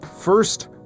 First